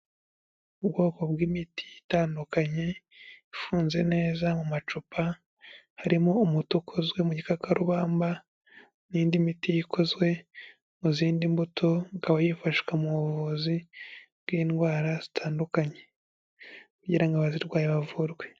Ubwoko bw'imiti itandukanye, ifunze neza mu macupa, harimo umuti ukozwe mu gikakarubamba, n'indi miti ikozwe mu zindi mbuto, ikaba yifashishwa mu buvuzi bw'indwara zitandukanye kugira ngo abazirwaye bavurwe.